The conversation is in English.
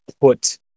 put